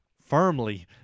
firmly